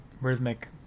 rhythmic